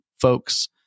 folks